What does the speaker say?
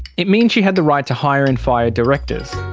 it means she had the right to hire and fire directors.